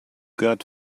got